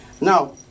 Now